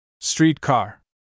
streetcar